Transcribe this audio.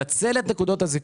ואני שומע נכונות,